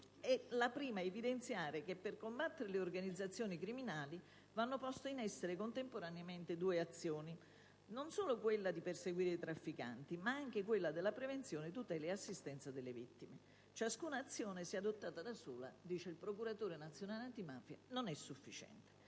la prima ad evidenziare che per combattere le organizzazioni criminali vanno poste in essere contemporaneamente due azioni: non solo quella di perseguire i trafficanti, ma anche quella della prevenzione, tutela e assistenza delle vittime. Ciascuna azione se adottata da sola - dice il Procuratore nazionale antimafia - non è sufficiente.